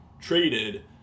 traded